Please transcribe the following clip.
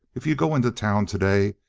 if you go into town today,